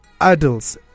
adults